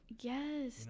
yes